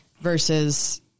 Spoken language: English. versus